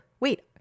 Wait